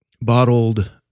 bottled